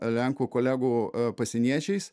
lenkų kolegų pasieniečiais